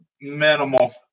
minimal